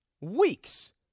Weeks